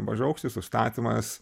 mažaaukštis užstatymas